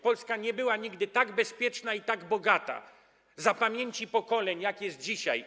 Polska nie była nigdy tak bezpieczna ani tak bogata w pamięci pokoleń, jak jest dzisiaj.